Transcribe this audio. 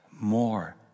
more